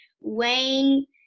Wayne